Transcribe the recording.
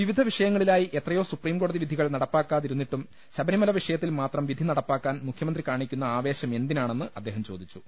വിവിധ വിഷയങ്ങളിലായി എത്രയോ സുപ്രീംകോടതി വിധികൾ നടപ്പാക്കാതിരുന്നിട്ടും ശബരിമല വിഷയത്തിൽ മാത്രം വിധി നടപ്പാക്കാൻ മുഖ്യമന്ത്രി കാണിക്കുന്ന ആവേശം എന്തിനാണെന്ന് അദ്ദേഹം ചോദിച്ചു